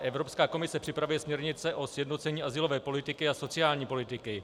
Evropská komise připravuje směrnice o sjednocení azylové politiky a sociální politiky.